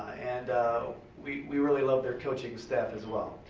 and we we really love their coaching staff as well.